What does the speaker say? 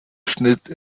schnitt